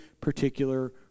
particular